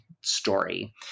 story